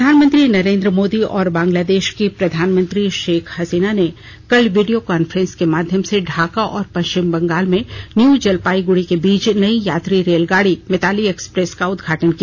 प्रधानमंत्री नरेन्द्र मोदी और बंगलादेश की प्रधानमंत्री शेख हसीना ने कल वीडियो कॉन्फ्रेंस के माध्यम से ढाका और पश्चिम बंगाल में न्यू जलपाइगुड़ी के बीच नई यात्री रेलगाड़ी मिताली एक्सप्रेस का उदघाटन किया